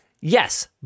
Yes